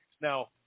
Now